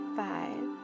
five